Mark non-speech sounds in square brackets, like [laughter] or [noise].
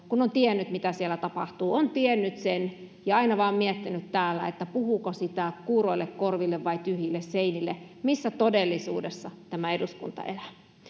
[unintelligible] kun on tiennyt mitä siellä tapahtuu on tiennyt sen ja aina vain on miettinyt täällä puhuuko sitä kuuroille korville vai tyhjille seinille missä todellisuudessa tämä eduskunta